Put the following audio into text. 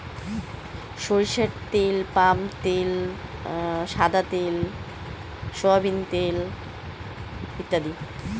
মানুষের খাবার জন্য যে আলাদা রকমের তেল পাওয়া যায়